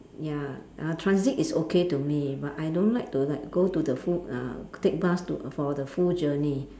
ya uh transit is okay to me but I don't like to like go to the full uh take bus to for the full journey